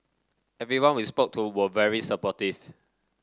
everyone we spoke to were very supportive